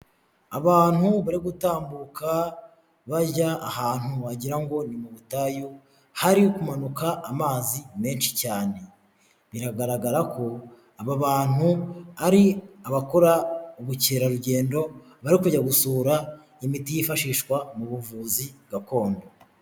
Abantu bari gutambuka bajya ahantu wagira ngo ni mu butayu hari kumanuka amazi menshi cyane. Biragaragara ko aba bantu ari abakora ubukerarugendo bari kujya gusura imiti yifashishwa mu buvuzi gakondo.